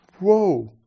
Whoa